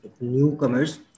newcomers